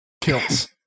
Kills